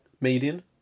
Median